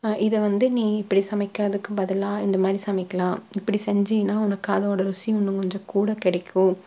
இதை வந்து நீ இப்படி சமைக்கிறதுக்கு பதிலா இந்தமாதிரி சமைக்கலாம் இப்படி செஞ்சேனா உனக்கு அதோடய ருசி இன்னும் கொஞ்சம் கூட கிடைக்கும்